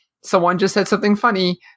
someone-just-said-something-funny